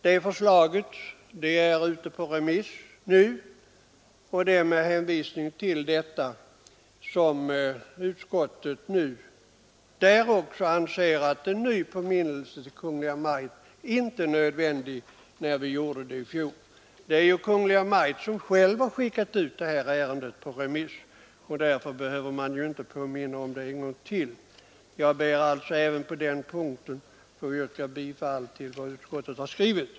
Det förslaget är nu ute på remiss. Med hänvisning till detta anser utskottet att en ny påminnelse till Kungl. Maj:t utöver den som gjordes i fjol nu inte är nödvändig. Det är ju Kungl. Maj:t som har skickat ut detta ärende på remiss. Jag ber därför även på denna punkt att få yrka bifall till utskottets hemställan.